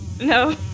No